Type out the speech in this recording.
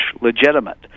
legitimate